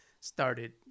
started